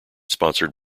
sponsored